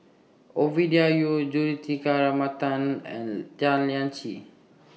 Ovidia Yu Juthika Ramanathan and Tan Lian Chye